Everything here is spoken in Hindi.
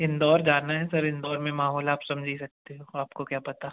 इंदौर जाना है सर इंदौर में माहौल आप समझी सकते हो आपको क्या पता